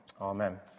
amen